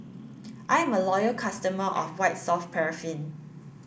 I'm a loyal customer of White soft paraffin